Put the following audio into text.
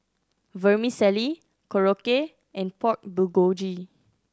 Vermicelli Korokke and Pork Bulgogi